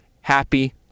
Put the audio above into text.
happy